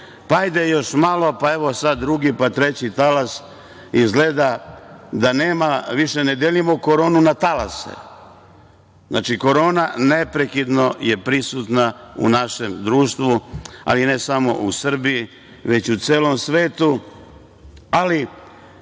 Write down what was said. hajde još malo, pa evo sad drugi, pa treći talas. Izgleda da više koronu ne delimo na talase, znači, korona je neprekidno prisutna u našem društvu, ali ne samo u Srbiji, već u celom svetu.